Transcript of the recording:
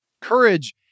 Courage